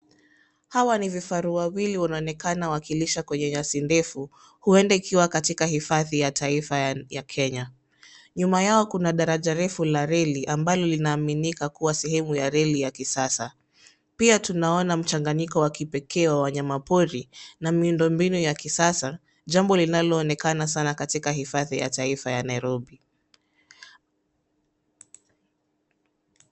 Hawa ni vifaru wawili wanaonekana wakilisha kwenye nyasi ndefu huenda ikiwa katika hifadhi ya taifa ya Kenya. Nyuma yao kuna daraja refu la reli ambalo linaaminika kuwa sehemu ya reli ya kisasa. Pia tunaona mchanganyiko wa kipekee wa wanyamapori na miundo mbinu ya kisasa, jambo linaloonekana sana katika hifadhi ya taifa ya Nairobi.